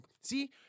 see